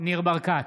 ניר ברקת,